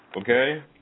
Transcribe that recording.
Okay